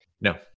No